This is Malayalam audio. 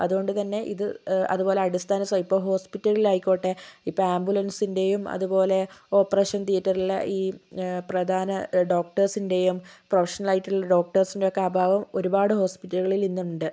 അതുകൊണ്ട് തന്നെ ഇത് അതുപോലെ അടിസ്ഥാന ഹോസ്പിറ്റലിലായിക്കോട്ടെ ഇപ്പോൾ ആംബുലൻസിൻ്റെയും അതുപോലെ ഓപറേഷൻ തീയേറ്റർലെ ഈ പ്രധാന ഡോക്റ്റേഴ്സിൻ്റെയും പ്രൊഫഷണലായിട്ടുള്ള ഡോക്റ്റേഴ്സിൻ്റെയൊക്കെ അഭാവം ഒരുപാട് ഹോസ്പിറ്റലുകളിൽ ഇന്നുണ്ട്